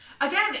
Again